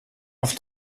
auf